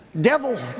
devil